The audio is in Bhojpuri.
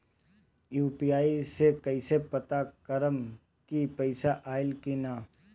यू.पी.आई से कईसे पता करेम की पैसा आइल की ना?